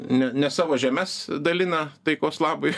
ne ne savo žemes dalina taikos labui